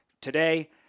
today